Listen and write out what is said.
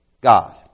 God